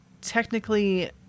technically